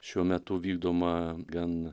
šiuo metu vykdoma gan